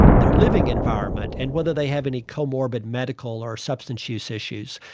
their living environment and whether they have any comorbid medical or substance use issues,